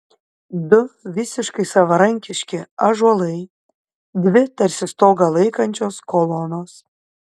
du visiškai savarankiški ąžuolai dvi tarsi stogą laikančios kolonos